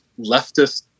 leftist